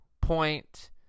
point